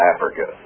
Africa